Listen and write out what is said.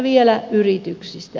vielä yrityksistä